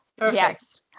Yes